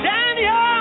Daniel